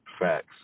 Facts